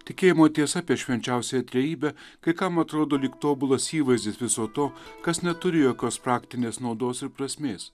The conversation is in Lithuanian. tikėjimo tiesa apie švenčiausiąją trejybę kai kam atrodo lyg tobulas įvaizdis viso to kas neturi jokios praktinės naudos ir prasmės